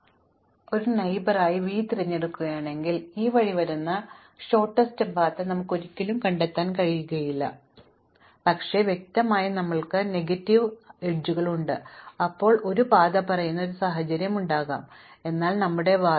ഞങ്ങളുടെ ബേൺ സെറ്റിലേക്ക് ചേർക്കുന്നതിന് അടുത്ത അയൽക്കാരനായി v തിരഞ്ഞെടുക്കുകയാണെങ്കിൽ ഈ വഴി വരുന്ന ഹ്രസ്വ പാത നമുക്ക് ഒരിക്കലും കണ്ടെത്താൻ കഴിയില്ല പക്ഷേ വ്യക്തമായും ഞങ്ങൾക്ക് നെഗറ്റീവ് അരികുകളുണ്ട് അപ്പോൾ നമുക്ക് ഒരു പാത പറയുന്ന ഒരു സാഹചര്യം ഉണ്ടാകാം എന്നതാണ് ഞങ്ങളുടെ വാദം